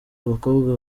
abakobwa